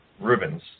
Rubens